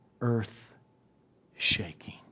earth-shaking